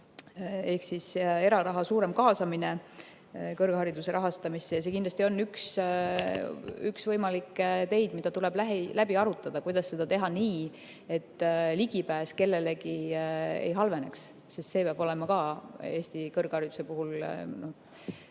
ehk eraraha suurem kaasamine kõrghariduse rahastamisse. See kindlasti on üks võimalikke teid, mis tuleb läbi arutada, kuidas seda teha nii, et ligipääs kellelegi ei halveneks, sest see peab olema ka Eesti kõrghariduse puhul